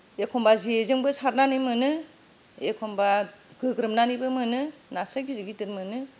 एखम्बा जेजोंबो सारनानै मोनो एखम्बा गोग्रोमनानैबो मोनो नास्राय गिदिर गिदिर मोनो